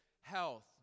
health